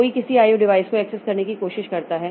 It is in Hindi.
कोई किसी IO डिवाइस को एक्सेस करने की कोशिश करता है